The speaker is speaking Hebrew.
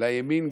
הימין,